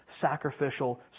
sacrificial